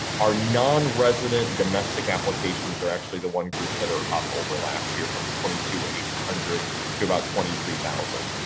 our non-resident domestic applications are actually the one group that are up over last year from twenty two thousand eight hundred to about twenty three thousand.